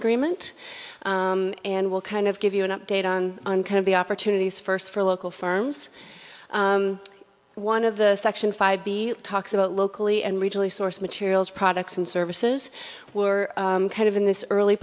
agreement and will kind of give you an update on on kind of the opportunities first for local firms one of the section five b talks about locally and regionally source materials products and services were kind of in this early